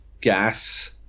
Gas